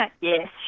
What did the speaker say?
Yes